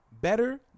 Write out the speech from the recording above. better